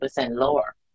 lower